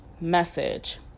message